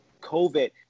COVID